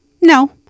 No